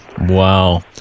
Wow